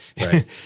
Right